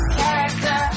Character